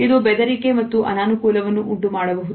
ಇದು ಬೆದರಿಕೆ ಮತ್ತು ಅನಾನುಕೂಲವನ್ನು ಉಂಟುಮಾಡಬಹುದು